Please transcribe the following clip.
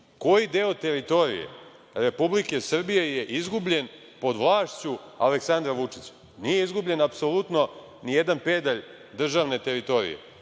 Koji deo teritorije Republike Srbije je izgubljen pod vlašću Aleksandra Vučića? Nije izgubljen apsolutno nijedan pedalj državne teritorije.